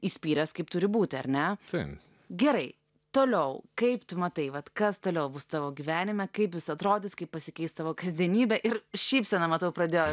įspyręs kaip turi būti ar ne taip gerai toliau kaip tu matai vat kas toliau bus tavo gyvenime kaip jis atrodys kaip pasikeis tavo kasdienybė ir šypsena matau pradėjo